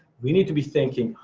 we need to be thinking.